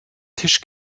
tisch